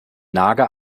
nager